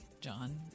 John